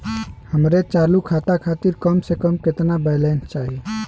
हमरे चालू खाता खातिर कम से कम केतना बैलैंस चाही?